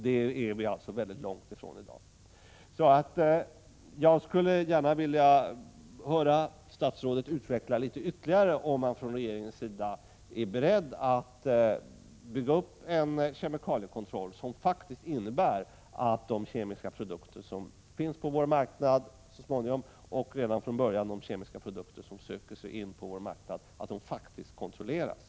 Det är vi alltså väldigt långt ifrån i dag. Jag skulle gärna vilja höra statsrådet ytterligare utveckla om regeringen är beredd att bygga upp en kemikaliekontroll som innebär att de kemiska produkter som finns på vår marknad så småningom faktiskt kontrolleras och att de kemiska produkter som söker sig in på vår marknad kontrolleras redan från början.